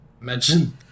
imagine